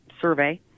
survey